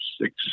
six